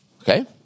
Okay